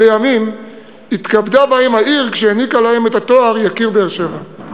ולימים התכבדה בהם העיר כשהעניקה להם את התואר "יקיר באר-שבע".